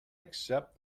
accept